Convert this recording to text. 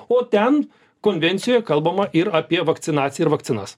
o ten konvencijoje kalbama ir apie vakcinaciją ir vakcinas